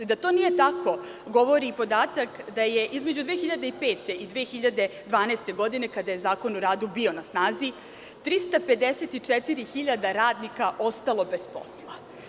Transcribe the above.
Da to nije tako govori i podatak da je između 2005. i 2012. godine, kada je Zakon o radu bio na snazi 354.000 radnika ostalo bez posla.